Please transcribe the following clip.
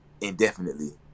indefinitely